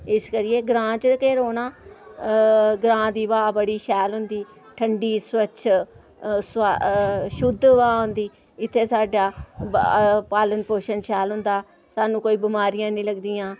इस करियै ग्रां च गै रौह्ना ग्रां दी ब्हा बड़ी शैल होंदी ठंडी स्वच्छ शुद्ध ब्हा होंदी इत्थै साढ़ा पालन पोशन शैल होंदा सानूं कोई बमारियां नेईं लगदियां